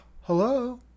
Hello